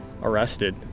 arrested